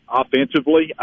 offensively